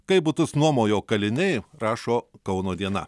kaip butus nuomojo kaliniai rašo kauno diena